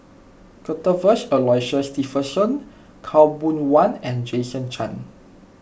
Cuthbert Aloysius Shepherdson Khaw Boon Wan and Jason Chan